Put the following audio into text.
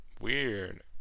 weird